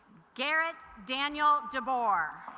garrett daniel de bourgh